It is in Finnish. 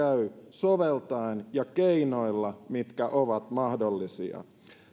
soveltaen ja keinoilla mitkä ovat mahdollisia